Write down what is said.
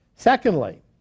Secondly